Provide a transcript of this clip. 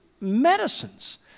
medicines